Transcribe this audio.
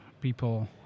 people